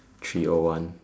three o one